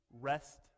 rest